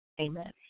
amen